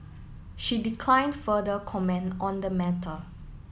she declined further comment on the matter